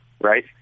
right